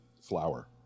flour